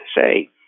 say